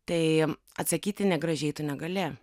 tai atsakyti negražiai tu negali